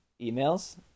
emails